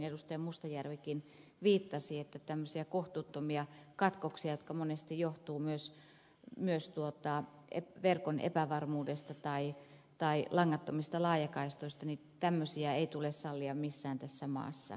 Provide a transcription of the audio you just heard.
mustajärvikin viittasi että tämmöisiä kohtuuttomia katkoksia jotka monesti johtuvat myös verkon epävarmuudesta tai langattomista laajakaistoista ei tule sallia missään tässä maassa